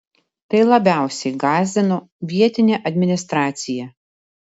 tai labiausiai gąsdino vietinę administraciją